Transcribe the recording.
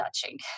touching